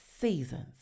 seasons